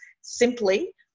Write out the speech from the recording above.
simply